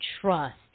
trust